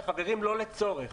ולא לצורך.